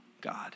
God